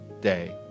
day